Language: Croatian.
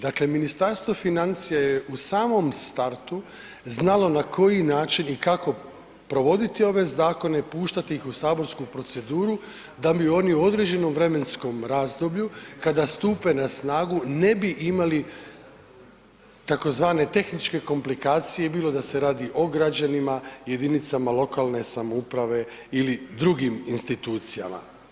Dakle, Ministarstvo financija je u samom startu znalo na koji način i kako provoditi ove zakone i puštati ih u saborsku proceduru da bi oni u određenom vremenskom razdoblju kada stupe na snagu ne bi imali tzv. tehničke komplikacije, bilo da se radio o građanima, jedinicama lokalne samouprave ili drugim institucijama.